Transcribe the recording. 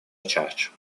charge